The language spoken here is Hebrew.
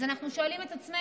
אז אנחנו שואלים את עצמנו: